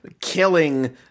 killing